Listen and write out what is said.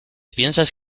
piensas